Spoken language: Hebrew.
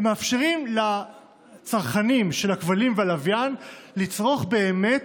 ומאפשרים לצרכנים של הכבלים והלוויין לצרוך באמת,